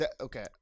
Okay